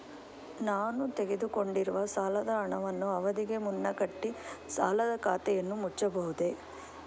ನಾನು ತೆಗೆದುಕೊಂಡಿರುವ ಸಾಲದ ಹಣವನ್ನು ಅವಧಿಗೆ ಮುನ್ನ ಕಟ್ಟಿ ಸಾಲದ ಖಾತೆಯನ್ನು ಮುಚ್ಚಬಹುದೇ?